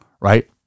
right